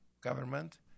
government